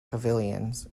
pavilions